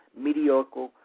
Mediocre